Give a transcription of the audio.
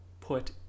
put